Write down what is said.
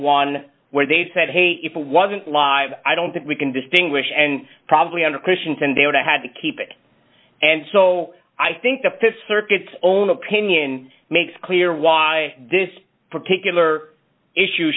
one where they said hey it wasn't live i don't think we can distinguish and probably under christians and they would have had to keep it and so i think the th circuit's own opinion makes clear why this particular issue